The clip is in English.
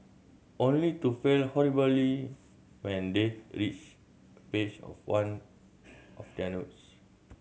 only to fail horribly when they reach page of one of their notes